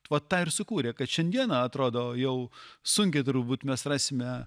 vat tą ir sukūrė kad šiandieną atrodo jau sunkiai turbūt mes rasime